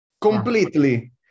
completely